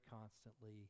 constantly